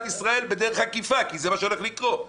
ישראל בדרך עקיפה כי זה מה שהולך לקרות.